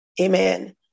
Amen